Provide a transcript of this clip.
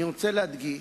אני רוצה להדגיש,